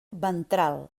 ventral